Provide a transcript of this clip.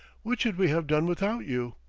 what should we have done without you!